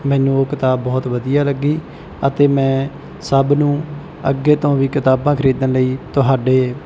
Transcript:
ਮੈਨੂੰ ਉਹ ਕਿਤਾਬ ਬਹੁਤ ਵਧੀਆ ਲੱਗੀ ਅਤੇ ਮੈਂ ਸਭ ਨੂੰ ਅੱਗੇ ਤੋਂ ਵੀ ਕਿਤਾਬਾਂ ਖਰੀਦਣ ਲਈ ਤੁਹਾਡੇ